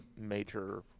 major